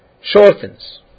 shortens